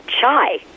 chai